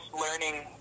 learning